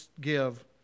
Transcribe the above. give